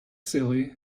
silly